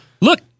Look